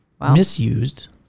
Misused